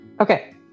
Okay